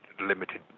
Limited